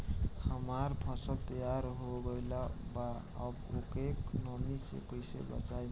हमार फसल तैयार हो गएल बा अब ओके नमी से कइसे बचाई?